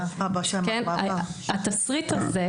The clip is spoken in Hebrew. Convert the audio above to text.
התסריט הזה,